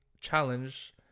challenge